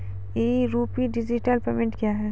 ई RUPI digital payment क्या हैं?